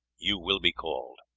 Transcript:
you will be called.